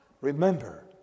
Remember